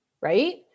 Right